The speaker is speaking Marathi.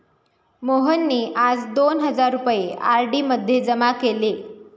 मोहनने आज दोन हजार रुपये आर.डी मध्ये जमा केले